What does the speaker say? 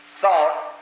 thought